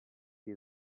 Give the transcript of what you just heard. see